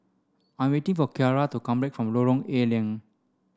I'm waiting for Ciarra to come back from Lorong A Leng